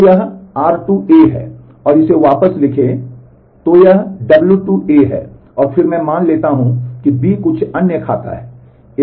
तो यह r2 है और फिर मैं मान लेता हूं कि B कुछ अन्य खाता है